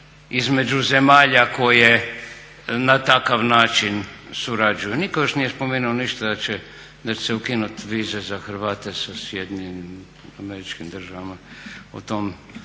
između zemalja koje na takav način surađuju. Nitko još nije spomenuo ništa da će se ukinuti vize za Hrvate sa SAD-om, to naravno to